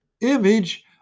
image